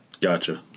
Gotcha